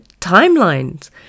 timelines